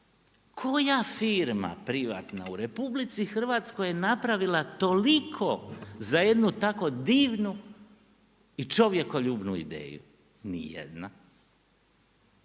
Koja je firma privatna u RH napravila toliko za jednu tako divnu i čovjekoljubnu ideju? Nijedna.